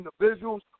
individuals